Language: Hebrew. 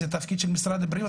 זה התפקיד של משרד הבריאות,